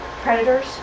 predators